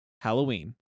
Halloween